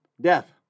death